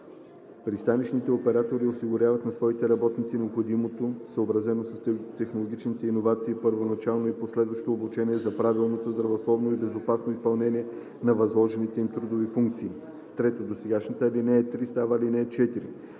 Пристанищните оператори осигуряват на своите работници необходимото, съобразено с технологичните иновации, първоначално и последващо обучение за правилното, здравословно и безопасно изпълнение на възложените им трудови функции.“ 3. Досегашната ал. 3 става ал. 4.